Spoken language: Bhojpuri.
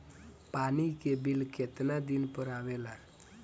पानी के बिल केतना दिन पर आबे ला?